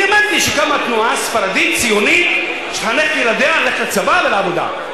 אני האמנתי שקמה תנועה ספרדית ציונית שתחנך את ילדיה ללכת לצבא ולעבודה.